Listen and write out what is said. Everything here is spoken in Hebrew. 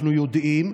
אנחנו יודעים.